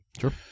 Sure